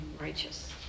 righteous